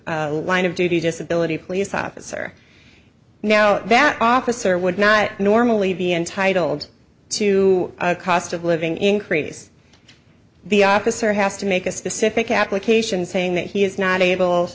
the line of duty just ability of police officer now that officer would not normally be entitled to a cost of living increase the officer has to make a specific application saying that he is not able